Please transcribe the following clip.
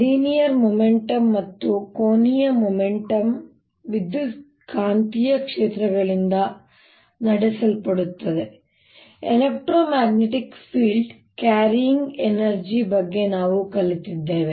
linear momentum ಮತ್ತು ಕೋನೀಯ momentum ವಿದ್ಯುತ್ಕಾಂತೀಯ ಕ್ಷೇತ್ರಗಳಿಂದ ನಡೆಸಲ್ಪಡುತ್ತದೆ ಎಲೆಕ್ಟ್ರೋಮ್ಯಾಗ್ನೆಟಿಕ್ ಫೀಲ್ಡ್ ಕ್ಯಾರಿಯಿಂಗ್ ಎನರ್ಜಿ ಬಗ್ಗೆ ನಾವು ಕಲಿತಿದ್ದೇವೆ